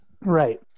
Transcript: right